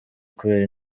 kubera